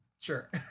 sure